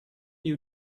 you